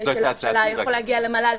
יכול להגיע למל"ל.